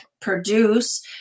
produce